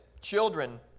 children